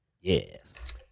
Yes